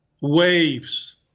waves